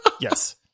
yes